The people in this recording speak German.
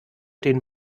den